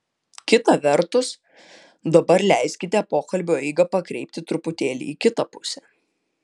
kita vertus dabar leiskite pokalbio eigą pakreipti truputėlį į kitą pusę